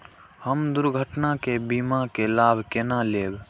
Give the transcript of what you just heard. हम दुर्घटना के बीमा के लाभ केना लैब?